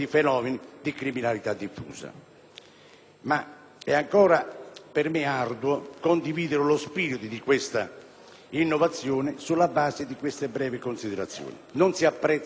Inoltre, per me è arduo condividere lo spirito di tale innovazione sulla base di queste brevi considerazioni. Non si apprezza la caratteristica del "previo parere"